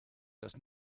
das